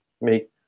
make